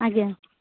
ଆଜ୍ଞା